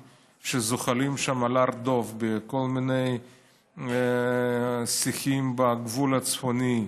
שזוחלים שם על הר דב בין כל מיני שיחים בגבול הצפוני,